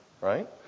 right